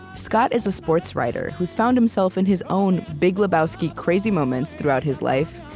scott is a sports writer who's found himself in his own big lebowski, crazy moments throughout his life.